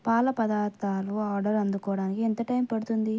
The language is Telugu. పాల పదార్ధాలు ఆర్డర్ అందుకోడానికి ఎంత టైమ్ పడుతుంది